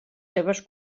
seves